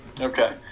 Okay